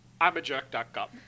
I'mAJerk.com